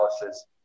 analysis